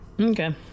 Okay